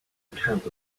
account